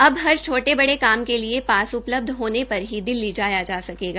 अब हर छोटे बड़े काम के लिए पास उपलब्ध होने पर भी दिल्ली जाया जा सकेगा